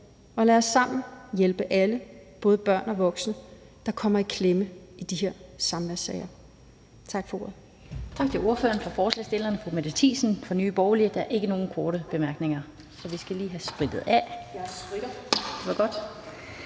og lad os sammen hjælpe alle, både børn og voksne, der kommer i klemme i de her samværssager. Tak for ordet.